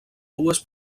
dues